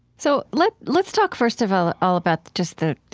so let's let's talk first of all all about just the,